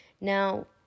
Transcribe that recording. Now